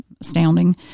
astounding